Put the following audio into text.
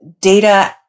data